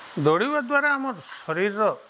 ଦୌଡ଼ିବା ଦ୍ୱାରା ଆମ ଶରୀର୍ର